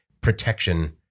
protection